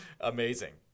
amazing